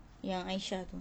yang aisyah tu